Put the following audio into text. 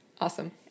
Awesome